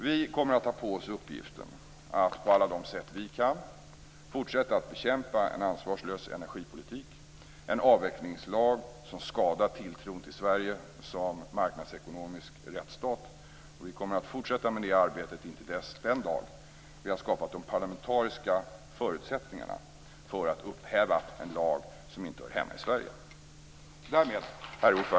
Vi kommer att ta på oss uppgiften att på alla sätt vi kan fortsätta att bekämpa en ansvarslös energipolitik, en avvecklingslag som skadar tilltron till Sverige som marknadsekonomisk rättsstat. Vi kommer att fortsätta med det arbetet intill den dag vi har skapat de parlamentariska förutsättningarna för att upphäva en lag som inte hör hemma i Sverige.